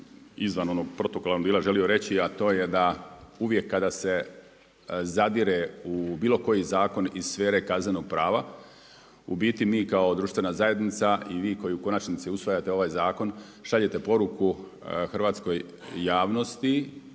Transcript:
izvan onog protokola bih vam želio reći a to je da uvijek kada se zadire u bilo koji zakon iz sfere kaznenog prava u biti mi kao društvena zajednica i vi koji u konačnici usvajate ovaj zakon šaljete poruku hrvatskoj javnosti